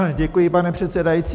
Děkuji, pane předsedající.